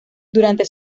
durante